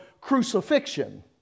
crucifixion